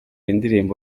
indirimbo